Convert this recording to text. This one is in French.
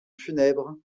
funèbre